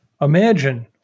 Imagine